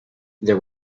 there